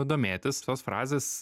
domėtis tos frazės